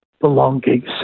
belongings